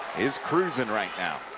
is cruising right now.